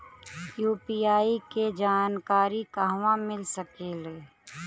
UPI के जानकारी कहवा मिल सकेले?